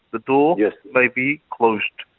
the door yeah may be closed.